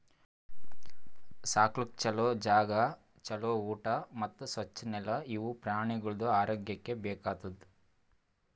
ಸಾಕ್ಲುಕ್ ಛಲೋ ಜಾಗ, ಛಲೋ ಊಟಾ ಮತ್ತ್ ಸ್ವಚ್ ನೆಲ ಇವು ಪ್ರಾಣಿಗೊಳ್ದು ಆರೋಗ್ಯಕ್ಕ ಬೇಕ್ ಆತುದ್